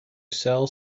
sell